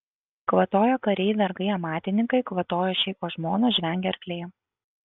kvatojo kariai vergai amatininkai kvatojo šeicho žmonos žvengė arkliai